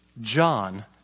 John